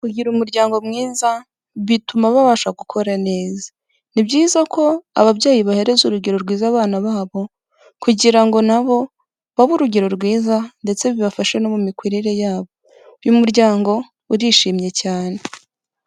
Kugira umuryango mwiza bituma babasha gukora neza, ni byiza ko ababyeyi bahereza urugero rwiza abana babo, kugira ngo nabo babe urugero rwiza ndetse bibafashe no mu mikurire yabo, uyu muryango urishimye cyane.